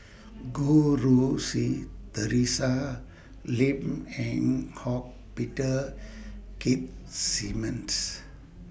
Goh Rui Si Theresa Lim Eng Hock Peter Keith Simmons